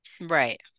Right